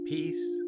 Peace